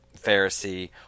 Pharisee